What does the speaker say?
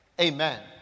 Amen